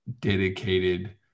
dedicated